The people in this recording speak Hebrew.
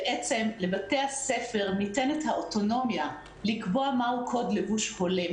לבתי הספר ניתנת האוטונומיה לקבוע מה הוא קוד לבוש הולם